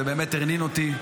זה באמת הרנין אותי.